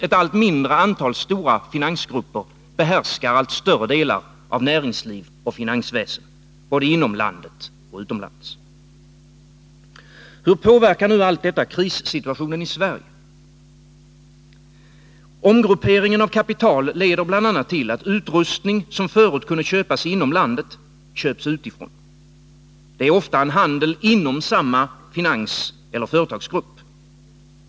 Ett allt mindre antal stora finansgrupper behärskar allt större delar av näringsliv och finansväsen, både inom landet och utomlands. Hur påverkar nu allt detta krissituationen i Sverige? Omgrupperingen av kapital leder till att utrustning som förut kunde köpas inom landet köps utifrån. Det är ofta en handel inom samma finanseller företagsgrupp.